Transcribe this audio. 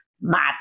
mad